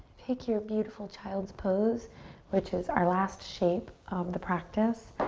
pick your beautiful child's pose which is our last shape of the practice.